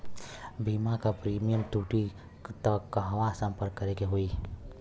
बीमा क प्रीमियम टूटी त कहवा सम्पर्क करें के होई?